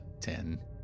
ten